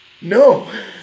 No